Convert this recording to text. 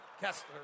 Kessler